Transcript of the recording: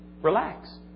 Relax